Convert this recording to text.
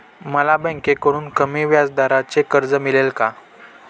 मला बँकेकडून कमी व्याजदराचे कर्ज मिळेल का?